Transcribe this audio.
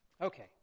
Okay